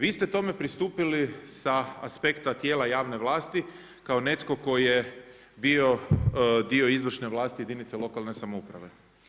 Vi ste tome pristupili sa aspekta tijela javne vlasti kao netko tko je bio dio izvršne vlasti jedinice lokalne samouprave.